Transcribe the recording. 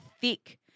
thick